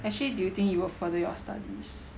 actually do you think you will further your studies